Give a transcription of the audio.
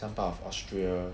some part of austria